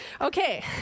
Okay